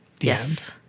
Yes